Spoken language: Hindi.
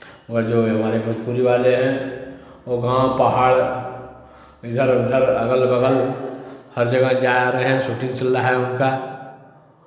व जो हमारे भोजपुरी वाले हैं वो गाँव पहाड़ इधर उधर अगल बगल हर जगह जा रहे हैं शूटिंग चल रहा है उनका